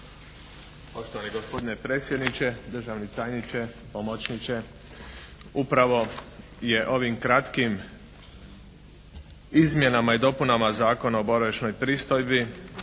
Poštovani gospodine predsjedniče, državni tajniče, pomoćniče. Upravo je ovim kratkim izmjenama i dopunama Zakona o boravišnoj pristojbi